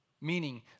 Meaning